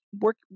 work